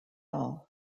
all